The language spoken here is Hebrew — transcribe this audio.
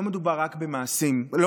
לא מדובר רק במילים,